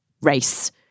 race